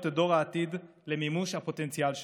את דור העתיד למימוש הפוטנציאל שבו.